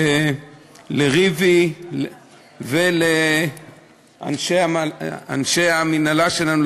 לריבי ולאנשי המינהלה שלנו,